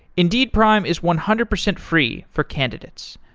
indeed prime is one hundred percent free for candidates,